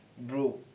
Bro